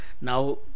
Now